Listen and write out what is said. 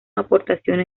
aportaciones